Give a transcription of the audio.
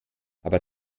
aber